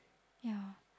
yeah